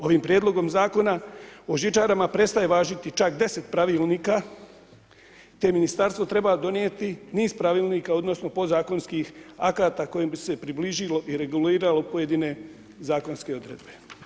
Ovim Prijedlogom zakon o žičarama prestaje važiti čak 10 pravilnika te ministarstva treba donijeti niz pravilnika, odnosno podzakonskih akata kojim bi se približilo i reguliralo pojedine zakonske odredbe.